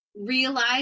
realize